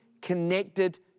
connected